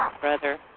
brother